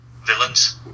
villains